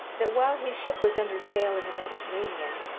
that while his ship was under sail in the mediterranean,